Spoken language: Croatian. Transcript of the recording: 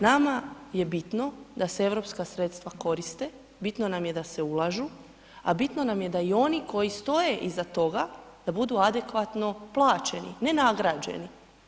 Nama je bitno da se europska sredstva koriste, bitno nam je da se ulažu, a bitno nam je i da oni koji stoje iza toga, da budu adekvatno plaćeni, ne nagrađeni.